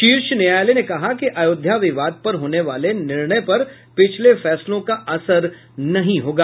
शीर्ष न्यायालय ने कहा कि अयोध्या विवाद पर होने वाले निर्णय पर पिछले फैसलों का असर नहीं होगा